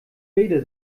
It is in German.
rede